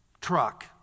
truck